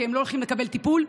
כי הם לא הולכים לקבל טיפול,